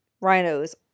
rhinos